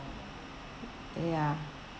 ya